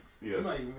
yes